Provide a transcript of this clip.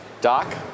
Doc